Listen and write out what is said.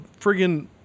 friggin